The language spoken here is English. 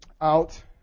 out